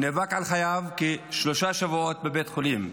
נאבק על חייו כשלושה שבועות בבית חולים,